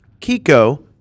Kiko